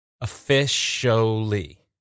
Officially